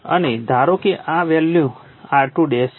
અને ધારો કે આ વેલ્યુ R2 છે